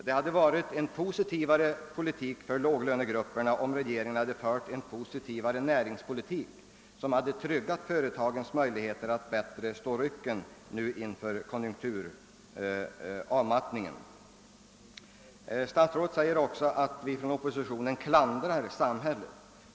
Det hade för låginkomstgrupperna varit bättre om regeringen fört en positivare näringspolitik, som hade tryggat företagens möjligheter att bättre stå rycken inför konjunkturavmattningen. Statsrådet säger också att vi inom oppositionen klandrar samhället.